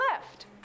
left